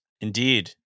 Indeed